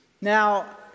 Now